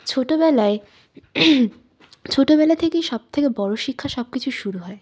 ছোটোবেলায় ছোটোবেলা থেকেই সবথেকে বড় শিক্ষা সব কিছুর শুরু হয়